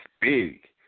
big